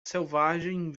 selvagem